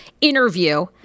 interview